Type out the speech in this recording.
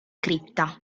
cripta